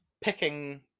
picking